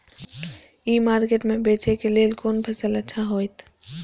ई market में बेचेक लेल कोन फसल अच्छा होयत?